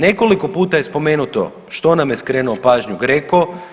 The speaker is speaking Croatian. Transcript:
Nekoliko puta je spomenuto što nam je skrenuo pažnju GRECO.